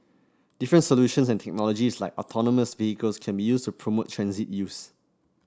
different solutions and technologies like autonomous vehicles can be used to promote transit use